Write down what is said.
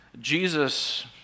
Jesus